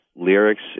lyrics